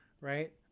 right